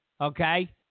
Okay